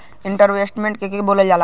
Investment के के बोलल जा ला?